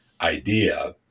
idea